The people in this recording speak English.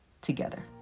together